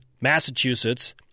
Massachusetts